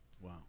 Wow